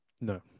No